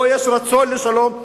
או יש רצון לשלום,